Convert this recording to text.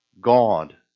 God